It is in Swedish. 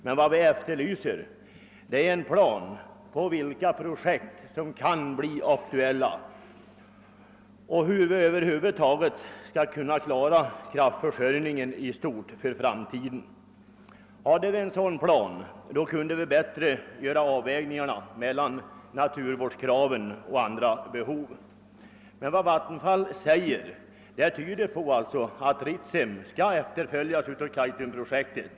Men vad vi efterlyser är en plan över vilka projekt som kan bli aktuella och hur vi över huvud taget skall kunna klara kraftförsörjningen i stort i framtiden. Hade vi en sådan plan kunde vi bättre göra avvägningarna mellan naturvårdskraven och andra krav. Vad Vattenfall säger tyder alltså på att Ritsem skall följas av Kaitumprojektet.